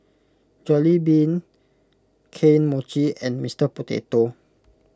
Jollibean Kane Mochi and Mister Potato